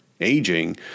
aging